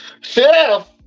chef